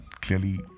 clearly